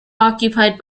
occupied